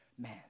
Man